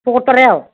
भकटपारायाव